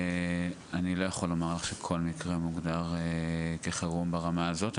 אני לא יכול לומר לך שכל מקרה הוא מוגדר כחירום ברמה הזאת.